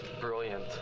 Brilliant